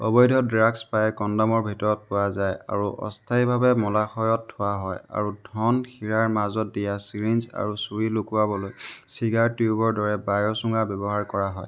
অবৈধ ড্ৰাগ্ছ প্ৰায়ে কণ্ডমৰ ভিতৰত পোৱা যায় আৰু অস্থায়ীভাৱে মলাশয়ত থোৱা হয় আৰু ধন হীৰাৰ মাজত দিয়া চিৰিঞ্জ আৰু চুৰি লুকুৱাবলৈ চিগাৰ টিউবৰ দৰে বায়ুচুঙা ব্যৱহাৰ কৰা হয়